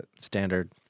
standard